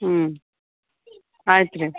ಹ್ಞೂ ಆಯ್ತುರಿ